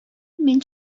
мин